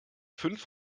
fünf